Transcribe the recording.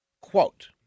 Quote